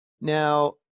Now